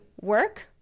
work